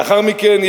לאחר מכן,